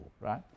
right